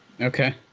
Okay